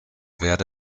werde